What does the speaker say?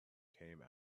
came